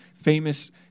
famous